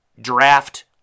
draft